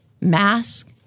mask